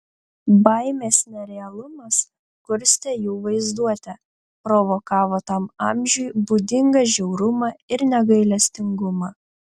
baimės nerealumas kurstė jų vaizduotę provokavo tam amžiui būdingą žiaurumą ir negailestingumą